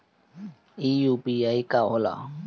ई यू.पी.आई का होला?